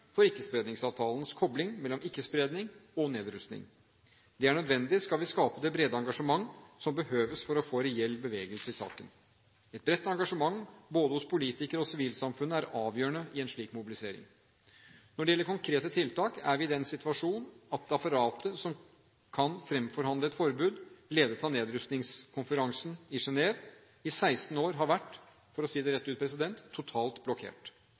for Ikke-spredningsavtalens kobling mellom ikke-spredning og nedrustning. Det er nødvendig, skal vi skape det brede engasjement som behøves for å få reell bevegelse i saken. Et bredt engasjement både hos politikere og i sivilsamfunnet er avgjørende i en slik mobilisering. Når det gjelder konkrete tiltak, er vi i en situasjon der apparatet som kan fremforhandle et forbud, ledet av Nedrustningskonferansen i Genève, i 16 år har vært, for å si det rett ut, totalt blokkert.